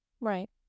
right